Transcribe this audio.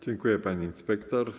Dziękuję, pani inspektor.